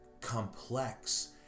complex